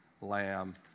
Lamb